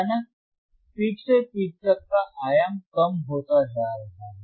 अचानक पीक से पीक तक का आयाम कम होता जा रहा है